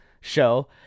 show